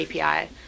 API